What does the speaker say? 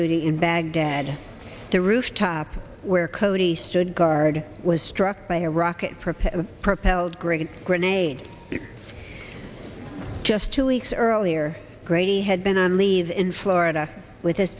duty in baghdad the rooftop where cody stood guard was struck by a rocket propelled propelled grenade grenade just two weeks earlier grady had been on leave in florida with his